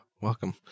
welcome